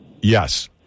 Yes